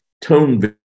tone